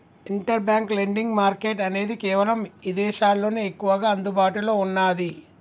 inter bank lending market అనేది కేవలం ఇదేశాల్లోనే ఎక్కువగా అందుబాటులో ఉన్నాది